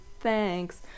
Thanks